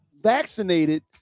vaccinated